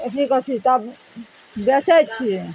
एतनी कथी तबमे बेचय छियै